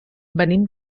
venim